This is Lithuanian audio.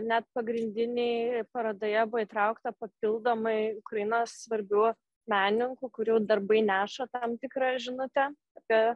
net pagrindinėj parodoje buvo įtraukta papildomai ukrainos svarbių menininkų kurių darbai neša tam tikrą žinutę apie